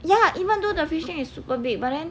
ya even though the fish tank is super big but then